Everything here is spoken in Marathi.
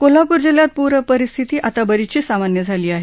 कोल्हापूर जिल्ह्यात पूरपरिस्थिती आता बरीचशी सामान्य झाली आहे